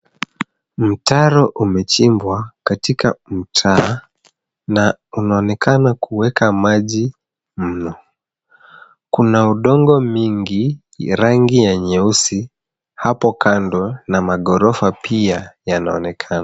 Mtaro umechimbwa katika mtaa na unaonekana kuweka maji mno. Kuna udongo mingi rangi ya nyeusi hapo kando na maghorofa pia yanaonekana.